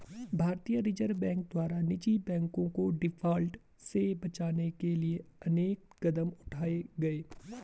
भारतीय reserve bank द्वारा निजी बैंकों को डिफॉल्ट से बचाने के लिए अनेक कदम उठाए गए